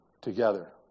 together